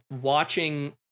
watching